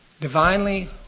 divinely